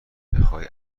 بخای